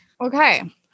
Okay